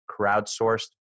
crowdsourced